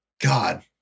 God